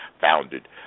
founded